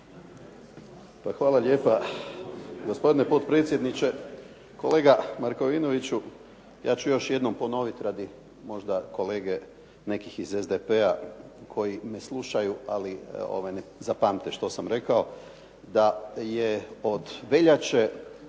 Hvala lijepa gospodine potpredsjedniče. Kolega Markovinoviću, ja ću još jednom ponoviti radi možda kolege nekih iz SDP-a koji me slušaju, ali ne zapamte što sam rekao, da je od veljače